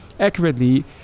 Accurately